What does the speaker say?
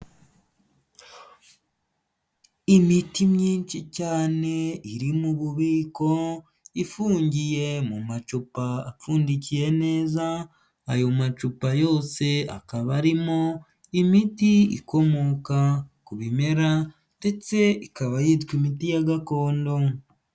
Imiti myinshi cyane iri mu bubiko, ifungiye mu macupa apfundikiye neza, ayo macupa yose akaba arimo imiti ikomoka ku bimera ndetse ikaba yitwa imiti ya gakondo.